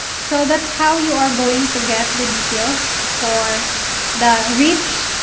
so, that's how you are going to get the details for the reach.